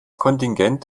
kontingent